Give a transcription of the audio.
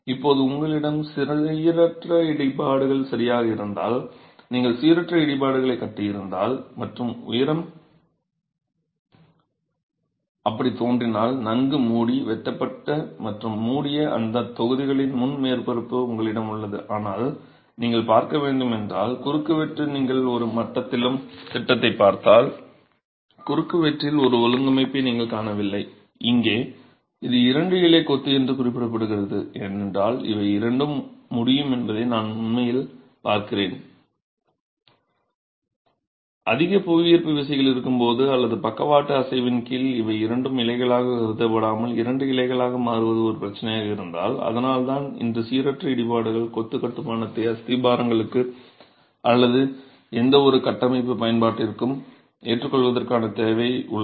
இப்போது உங்களிடம் சீரற்ற இடிபாடுகள் சரியாக இருந்தால் நீங்கள் சீரற்ற இடிபாடுகளைக் கட்டியிருந்தால் மற்றும் உயரம் அப்படித் தோன்றினால் நன்கு மூடி வெட்டப்பட்ட மற்றும் மூடிய அந்தத் தொகுதிகளின் முன் மேற்பரப்பு உங்களிடம் உள்ளது ஆனால் நீங்கள் பார்க்க வேண்டும் என்றால் குறுக்குவெட்டு நீங்கள் எந்த மட்டத்திலும் திட்டத்தைப் பார்த்தால் குறுக்குவெட்டில் ஒரு ஒழுங்கமைப்பை நீங்கள் காணவில்லை இங்கே இது இரண்டு இலைக் கொத்து என்று குறிப்பிடப்படுகிறது ஏனென்றால் இவை இரண்டும் முடியும் என்பதை நான் உண்மையில் பார்க்கிறேன் அதிக புவியீர்ப்பு விசைகள் இருக்கும்போது அல்லது பக்கவாட்டு அசைவின் கீழ் இவை இரண்டு இலைகளாக கருதப்படாமல் இரண்டு இலைகளாக மாறுவது ஒரு பிரச்சனையாக இருக்கிறது அதனால்தான் இன்று சீரற்ற இடிபாடுகள் கொத்து கட்டுமானத்தை அஸ்திவாரங்களுக்கு அல்லது எந்தவொரு கட்டமைப்பு பயன்பாட்டிற்கும் ஏற்றுக்கொள்வதற்கான தேவை உள்ளது